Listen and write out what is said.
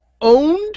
owned